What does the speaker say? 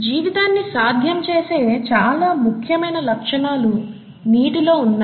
జీవితాన్ని సాధ్యం చేసే చాలా ముఖ్యమైన లక్షణాలు నీటిలో ఉన్నాయి